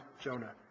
Jonah